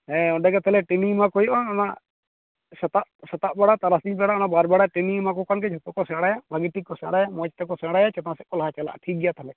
ᱦᱮᱸ ᱚᱱᱰᱮᱸ ᱜᱮ ᱛᱟᱦᱚᱞᱮ ᱴᱨᱮᱱᱤᱝ ᱮᱢᱟ ᱠᱚ ᱦᱩᱭᱩᱼᱟ ᱚᱱᱟ ᱥᱮᱛᱟ ᱥᱮᱛᱟ ᱵᱮᱲᱟ ᱛᱟᱨᱟᱥᱤᱧ ᱵᱮᱲᱟ ᱚᱱᱟ ᱵᱟᱨ ᱵᱮᱲᱟ ᱴᱨᱮᱱᱤᱝ ᱮᱢᱟ ᱠᱚ ᱠᱷᱟᱱ ᱜᱮ ᱠᱚ ᱥᱮᱸᱲᱟᱭᱟ ᱵᱷᱟᱹᱜᱤ ᱴᱷᱤᱠ ᱠᱚ ᱥᱮᱸᱲᱟᱼᱟ ᱢᱚᱡᱽ ᱛᱮᱠᱚ ᱥᱮᱸᱲᱟᱼᱟ ᱪᱮᱛᱟᱱ ᱥᱮᱫ ᱠᱚ ᱞᱟᱦᱟ ᱪᱟᱞᱟᱼᱟ ᱴᱷᱤᱠ ᱜᱮᱭᱟ ᱛᱟᱦᱚᱞᱮ